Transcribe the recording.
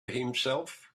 himself